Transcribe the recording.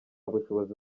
bushobozi